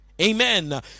Amen